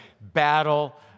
battle